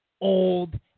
old